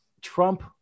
Trump